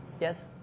yes